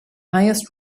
highest